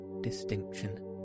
distinction